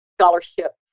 scholarship